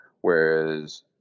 Whereas